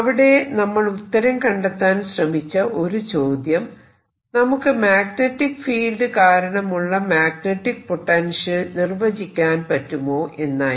അവിടെ നമ്മൾ ഉത്തരം കണ്ടെത്താൻ ശ്രമിച്ച ഒരു ചോദ്യം നമുക്ക് മാഗ്നെറ്റിക് ഫീൽഡ് കാരണമുള്ള മാഗ്നെറ്റിക് പൊട്ടൻഷ്യൽ നിർവചിക്കാൻ പറ്റുമോ എന്നായിരുന്നു